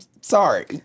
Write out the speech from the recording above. sorry